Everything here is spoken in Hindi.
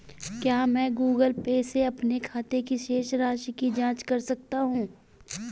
क्या मैं गूगल पे से अपने खाते की शेष राशि की जाँच कर सकता हूँ?